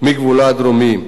מגבולה הדרומי.